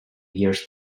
years